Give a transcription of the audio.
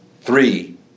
three